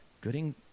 Gooding